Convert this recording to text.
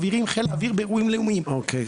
אוקיי.